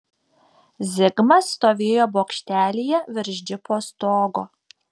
zigmas stovėjo bokštelyje virš džipo stogo